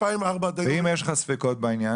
ממ-2004 ועד היום לא נתקלתי --- ואם יש לך ספקות בעניין,